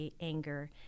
anger